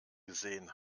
gesehen